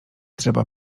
trzeba